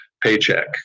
paycheck